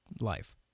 life